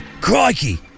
Crikey